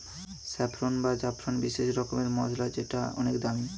saffron বা জাফরান বিশেষ রকমের মসলা যেটা অনেক দামি